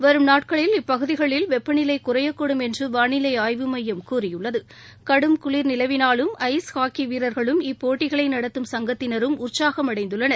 வரும் நாட்களில் இப்பகுதிகளில் வெப்பநிலை குறையகூடும் என்று வானிலை ஆய்வு மையம் கூறியுள்ளது கடும் குளிர் நிலவினாலும் ஐஸ் ஹாக்கி வீரர்களும் இப்போட்டிகளை நடத்தும் சங்கத்தினரும் உற்சாகம் அடைந்துள்ளனர்